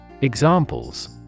Examples